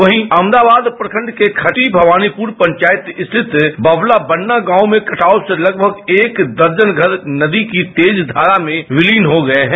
वहीं अमदाबाद प्रखंड के खट्टी नवानीपुर पंचायत रिथत बबलाबन्ना गांव में कटाव से लगभग एक दर्जन घर नदी की तेज धारा में विलीन हो गये हैं